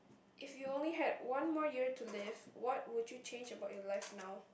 if you only had one more year to live what would you change about your life now